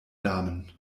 damen